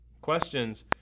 questions